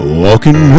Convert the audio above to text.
walking